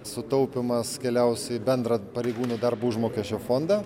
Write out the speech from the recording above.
sutaupymas keliaus į bendrą pareigūnų darbo užmokesčio fondą